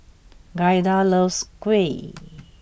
Giada loves Kuih